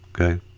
okay